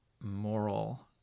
moral